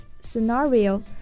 scenario